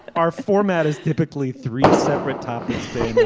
our format is typically three separate topics being